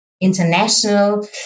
international